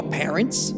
parents